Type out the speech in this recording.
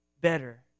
better